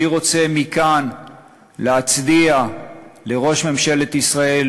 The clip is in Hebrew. אני רוצה מכאן להצדיע לראש ממשלת ישראל,